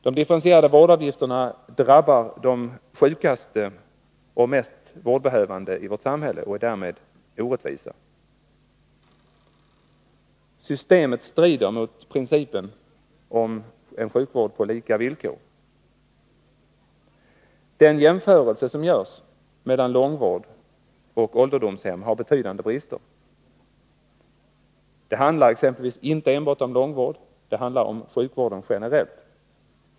De differentierade vårdavgifterna drabbar de sjukaste och mest vårdbehövande i vårt samhälle och är därmed orättvisa. Systemet strider mot principen om en sjukvård på lika villkor. Den jämförelse som görs mellan långvård och ålderdomshem har betydande brister. Det handlar exempelvis inte enbart om långvård. Det handlar om sjukvård generellt.